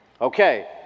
Okay